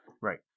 Right